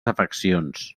afeccions